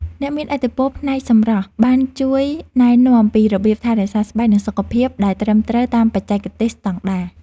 អ្នកមានឥទ្ធិពលផ្នែកសម្រស់បានជួយណែនាំពីរបៀបថែរក្សាស្បែកនិងសុខភាពដែលត្រឹមត្រូវតាមបច្ចេកទេសស្តង់ដារ។